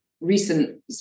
recent